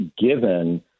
given